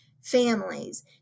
families